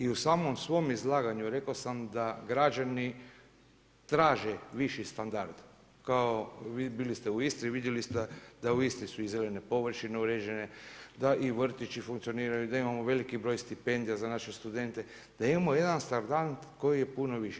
I u samom svom izlaganju rekao sam da građani traže viši standard, kao bili ste u Istri vidjeli ste da u Istri su i zelene površine uređene, da i vrtići funkcioniraju, da imamo veliki broj stipendija za naše studente, da imamo jedan standard koji je puno viši.